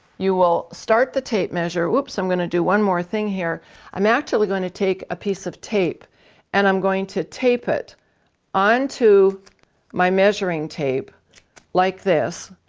you will start the tape measure whoops i'm going to do one more thing here i'm actually going to take a piece of tape and i'm going to tape it onto my measuring tape like this,